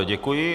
Děkuji.